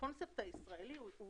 שהקונספט הישראלי הוא